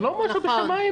זה לא משהו בשמיים.